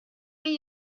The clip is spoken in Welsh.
chi